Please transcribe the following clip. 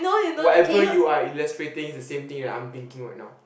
whatever you are illustrating is the same thing that I'm thinking right now